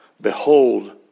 Behold